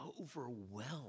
overwhelmed